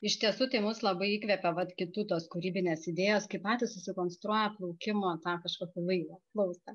iš tiesų tai mus labai įkvepia vat kitų tos kūrybinės idėjos kai patys susikonstruoja plaukimo tą kažkokį laivą plaustą